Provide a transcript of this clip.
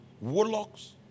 warlocks